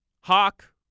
Hawk